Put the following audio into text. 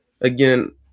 Again